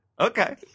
Okay